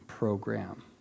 program